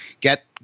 get